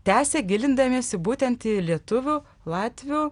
tęsia gilindamiesi būtent į lietuvių latvių